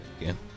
again